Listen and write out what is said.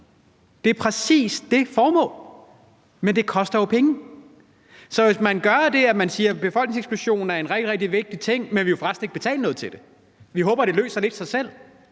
Det er præcis det formål, men det koster jo penge. Hvis man gør det, at man siger, at befolkningseksplosionen er en rigtig, rigtig vigtig ting at se på, men at vi for resten ikke vil betale noget til det, og at vi håber, det løser det sig selv,